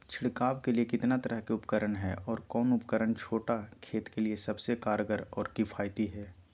छिड़काव के लिए कितना तरह के उपकरण है और कौन उपकरण छोटा खेत के लिए सबसे कारगर और किफायती है?